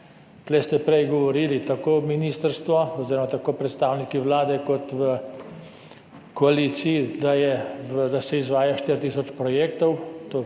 Tukaj ste prej govorili, tako ministrstvo oziroma tako predstavniki Vlade kot v koaliciji, da se izvaja 4 tisoč projektov,